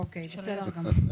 אוקיי, בסדר גמור.